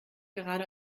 gerade